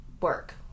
work